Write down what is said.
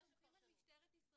זה עניין של פרשנות.